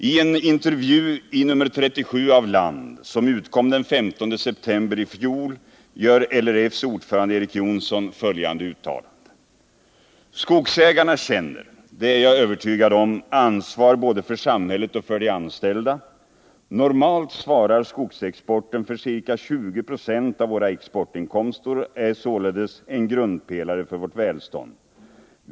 I en intervju i nr 37 av Land, som utkom den 15 september i fjol, gjorde LRF:s ordförande Erik Jonsson följande uttalande: ”Skogsägarna känner, det är jag övertygad om, ansvar både för samhället och för de anställda. Normalt svarar skogsexporten för ca 20 procent av våra exportinkomster och är således en grundpelare för vårt välstånd.